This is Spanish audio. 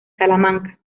salamanca